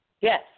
Yes